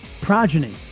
progeny